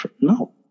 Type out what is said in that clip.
No